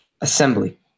assembly